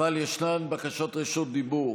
אבל ישנן בקשות רשות דיבור.